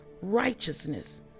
righteousness